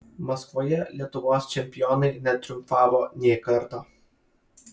maskvoje lietuvos čempionai netriumfavo nė karto